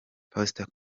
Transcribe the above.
pasitori